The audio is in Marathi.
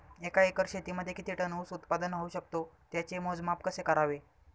एका एकर शेतीमध्ये किती टन ऊस उत्पादन होऊ शकतो? त्याचे मोजमाप कसे करावे?